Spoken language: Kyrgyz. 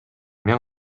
мен